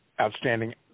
Outstanding